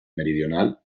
meridional